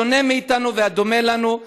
השונה מאתנו והדומה לנו,